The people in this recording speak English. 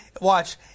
watch